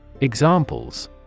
Examples